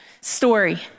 Story